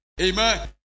Amen